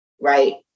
right